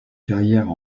carrières